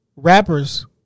Rappers